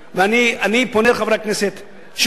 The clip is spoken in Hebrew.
אני פונה לחברי הכנסת שוב,